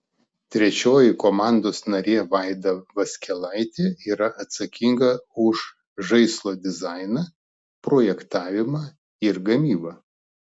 trečioji komandos narė vaida vaskelaitė yra atsakinga už žaislo dizainą projektavimą ir gamybą